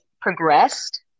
progressed